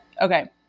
Okay